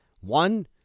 One